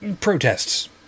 protests